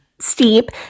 Steep